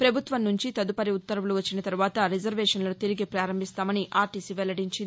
ప్రభుత్వం నుంచి తదుపరి ఉత్తర్వులు వచ్చిన తర్వాత రిజర్వేషన్లు తిరిగి పారంభిస్తామని ఆర్టీసీ వెల్లడించింది